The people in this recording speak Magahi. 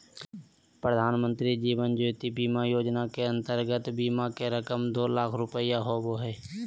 प्रधानमंत्री जीवन ज्योति बीमा योजना के अंतर्गत बीमा के रकम दो लाख रुपया होबो हइ